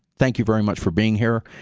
thank you very much for being here,